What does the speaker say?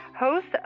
host